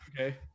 Okay